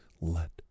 let